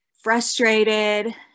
frustrated